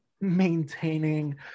maintaining